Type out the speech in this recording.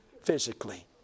physically